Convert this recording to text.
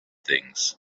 things